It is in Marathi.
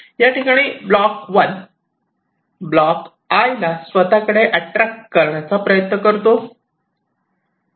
ह्याठिकाणी ब्लॉक 1 ब्लॉक 'I' ला स्वतःकडे अट्रॅक्ट करण्याचा प्रयत्न करतो